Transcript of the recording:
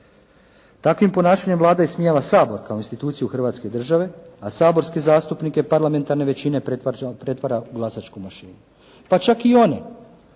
Takvim ponašanjem Vlada ismijava Sabor kao instituciju Hrvatske države, a saborski zastupnike parlamentarne većine pretvara u glasačku mašinu. Pa čak i oni